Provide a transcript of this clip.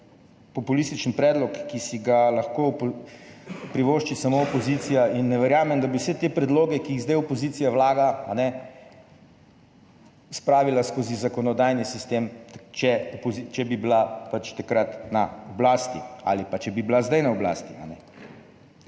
populističen predlog, ki si ga lahko privošči samo opozicija, in ne verjamem, da bi vse te predloge, ki jih zdaj opozicija vlaga, spravila skozi zakonodajni sistem, če bi bila pač takrat na oblasti ali pa če bi bila zdaj na oblasti.